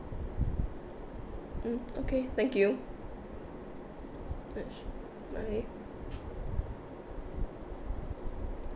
mm okay thank you bye